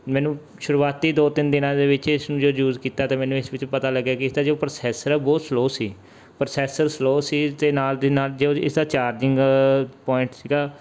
ਮੈਨੂੰ ਸ਼ੁਰੂਆਤੀ ਦੋ ਤਿੰਨ ਦਿਨਾਂ ਦੇ ਵਿੱਚ ਇਸ ਨੂੰ ਜੋ ਯੂਜ ਕੀਤਾ ਤਾਂ ਮੈਨੂੰ ਇਸ ਵਿੱਚ ਪਤਾ ਲੱਗਿਆ ਕਿ ਇਸਦਾ ਜੋ ਪ੍ਰੋਸੈਸਰ ਹੈ ਉਹ ਬਹੁਤ ਸਲੋਅ ਸੀ ਪ੍ਰੋਸੈਸਰ ਸਲੋਅ ਸੀ ਅਤੇ ਨਾਲ ਦੀ ਨਾਲ ਜੋ ਇਸਦਾ ਚਾਰਜਿੰਗ ਪੁਆਇੰਟ ਸੀਗਾ